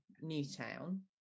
Newtown